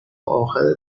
آخر